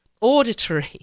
auditory